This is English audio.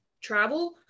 travel